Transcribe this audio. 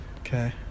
Okay